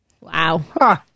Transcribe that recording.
Wow